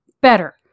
Better